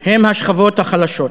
זה השכבות החלשות.